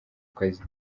kazi